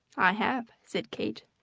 i have, said kate.